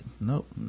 nope